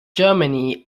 germany